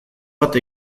bat